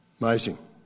Amazing